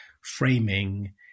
framing